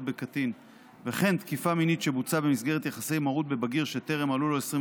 בקטין וכן תקיפה מינית שבוצעה במסגרת יחסי מרות בבגיר שטרם מלאו לו 21,